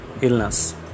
Illness